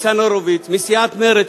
ניצן הורוביץ מסיעת מרצ,